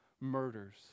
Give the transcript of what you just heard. murders